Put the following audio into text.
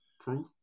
proof